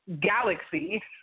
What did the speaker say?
Galaxy